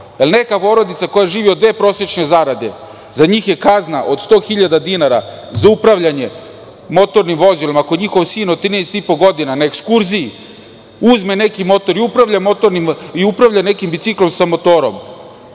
neka porodica koja živi od dve prosečne zarade, za njih je kazna od 100.000 dinara za upravljanje motornim vozilima, ako njihov sin od 13 i po godina na ekskurziji uzme neki motor i upravlja nekim biciklom sa motorom